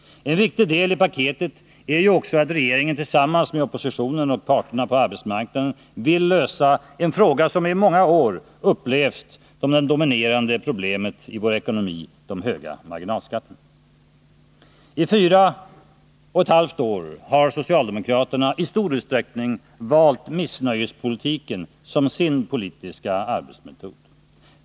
En viktig del i paketet är ju också att regeringen tillsammans med oppositionen och parterna på arbetsmarknaden vill lösa en fråga som i många år upplevts som det dominerande problemet i vår ekonomi: de höga marginalskatterna. I fyra och ett halvt år har socialdemokraterna i stor utsträckning valt missnöjespolitiken som sin politiska arbetsmetod.